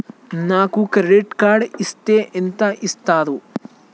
నాకు credit card ఇస్తే ఎంత ఇస్తరు?